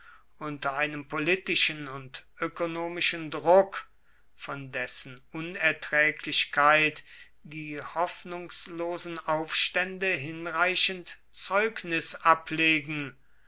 unter einem politischen und ökonomischen druck von dessen unerträglichkeit die hoffnungslosen aufstände hinreichend zeugnis ablegen